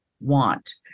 want